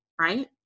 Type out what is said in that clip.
right